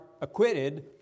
acquitted